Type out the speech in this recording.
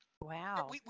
Wow